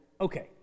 okay